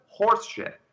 horseshit